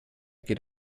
geht